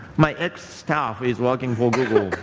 my ex-staff is working for google,